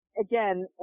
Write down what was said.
again